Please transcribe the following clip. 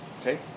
okay